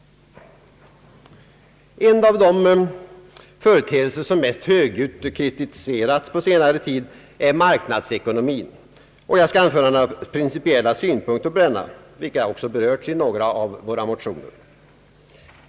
En av de företeelser som mest högljutt kritiserats på senare tid är marknadsekonomin, och jag skall anföra några principiella synpunkter på denna, vilka också berörts i några av våra motioner.